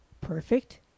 perfect